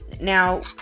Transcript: now